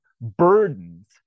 burdens